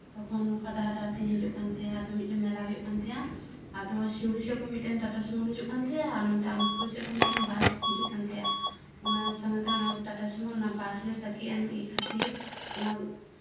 ᱛᱚᱠᱷᱚᱱ ᱚᱱᱠᱟ ᱰᱟᱦᱟᱨ ᱰᱟᱦᱟᱨ ᱛᱤᱧ ᱦᱤᱡᱩᱜ ᱠᱟᱱ ᱛᱟᱦᱮᱸᱱᱟ ᱛᱚᱠᱷᱚᱱ ᱢᱮᱞᱟ ᱦᱩᱭᱩᱜ ᱠᱟᱱ ᱛᱟᱦᱮᱸᱱᱟ ᱟᱫᱤ ᱥᱤᱣᱲᱤ ᱥᱮᱫ ᱛᱮ ᱢᱤᱫᱴᱟᱝ ᱴᱟᱴᱟᱥᱩᱢᱳ ᱦᱤᱡᱩᱜ ᱠᱟᱱ ᱛᱟᱸᱦᱮᱱᱟ ᱟᱨ ᱱᱚᱛᱮ ᱟᱦᱚᱢᱮᱫᱯᱩᱨ ᱥᱮᱫ ᱠᱷᱚᱱ ᱵᱟᱥ ᱦᱤᱡᱩᱜ ᱠᱟᱱ ᱛᱟᱸᱦᱮᱜᱼᱟ ᱚᱱᱟ ᱥᱟᱣᱛᱮ ᱚᱱᱟ ᱴᱟᱴᱟᱥᱩᱢᱳ ᱵᱟᱥ ᱨᱮ ᱛᱟᱹᱠᱤᱡ ᱮᱱ ᱠᱷᱟᱹᱛᱤᱨ ᱚᱱᱟ